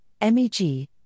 MEG